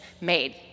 made